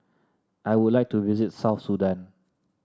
I would like to visit South Sudan